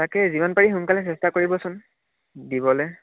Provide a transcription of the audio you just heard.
তাকে যিমান পাৰি সোনকালে চেষ্টা কৰিবচোন দিবলৈ